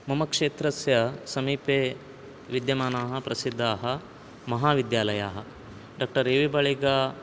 मम क्षेत्रस्य समीपे विद्यमानाः प्रसिद्धाः महाविद्यालयाः डाक्टर् ए वि बाळिग